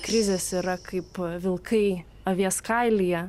krizės yra kaip vilkai avies kailyje